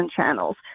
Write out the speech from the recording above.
channels